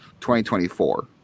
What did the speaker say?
2024